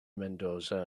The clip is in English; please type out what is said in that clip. mendoza